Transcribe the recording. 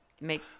make